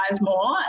more